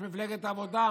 איש מפלגת העבודה,